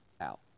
out